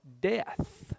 death